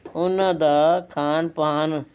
ਉਹਨਾਂ ਦਾ ਖਾਣ ਪਾਣ